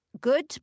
good